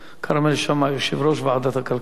כרמל שאמה, יושב-ראש ועדת הכלכלה.